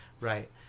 right